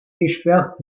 gesperrt